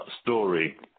story